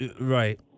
right